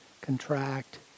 contract